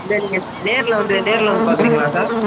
இல்லை நீங்கள் நேரில் வந்து நேரில் வந்து பார்க்குறிங்களா சார்